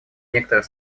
некоторых